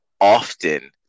often